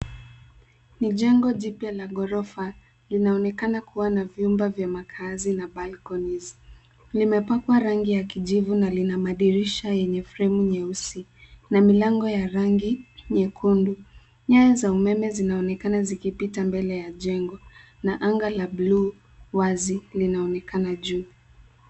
Ni jengo jipya la ghorofa linaonekana kua na vyumba vya makaazi na Balconies limepakwa rangi ya kijivu na lina madisha yenye fremu nyeusi na milango ya rangi nyekundu. Nyaya za umeme zinaonekana zikipita mbele ya jengo na anga la bluu wazi linaonekana juu.